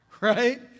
right